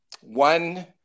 One